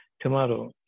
Tomorrow